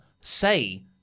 say